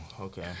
okay